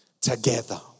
Together